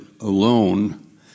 alone